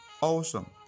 awesome